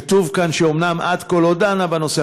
כתוב כאן שאומנם עד כה היא לא דנה בנושא,